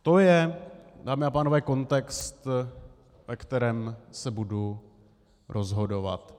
To je, dámy a pánové, kontext, ve kterém se budu rozhodovat.